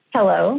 Hello